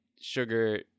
sugar